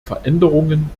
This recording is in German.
veränderungen